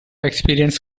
experience